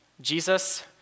Jesus